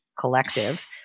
collective